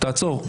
תעצור.